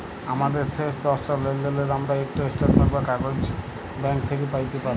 আমাদের শেষ দশটা লেলদেলের আমরা ইকট ইস্ট্যাটমেল্ট বা কাগইজ ব্যাংক থ্যাইকে প্যাইতে পারি